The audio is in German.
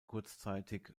kurzzeitig